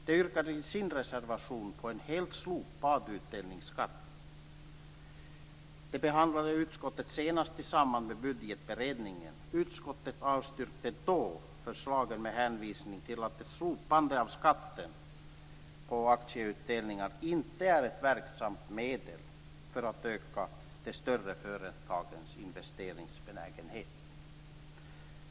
De yrkar i sin reservation på en helt slopad utdelningsskatt. Detta behandlade utskottet senast i samband med budgetberedningen. Utskottet avstyrkte då förslagen med hänvisning till att ett slopande av skatten på aktieutdelningar inte är ett verksamt medel för att öka de större företagens investeringsbenägenhet.